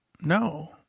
no